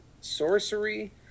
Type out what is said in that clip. sorcery